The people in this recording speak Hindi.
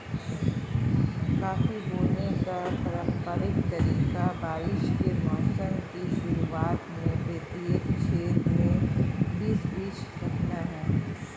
कॉफी बोने का पारंपरिक तरीका बारिश के मौसम की शुरुआत में प्रत्येक छेद में बीस बीज रखना है